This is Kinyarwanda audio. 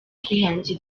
kwihangira